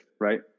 right